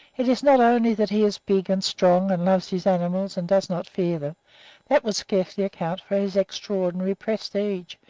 it is not only that he is big and strong, and loves his animals, and does not fear them that would scarcely account for his extraordinary prestige,